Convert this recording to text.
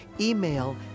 email